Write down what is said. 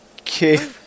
Okay